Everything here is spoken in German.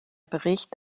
bericht